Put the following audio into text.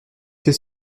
ses